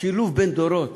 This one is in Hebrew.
שילוב בין דורות.